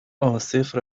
عاصف